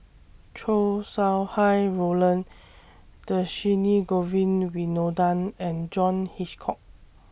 Chow Sau Hai Roland Dhershini Govin Winodan and John Hitchcock